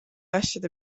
asjade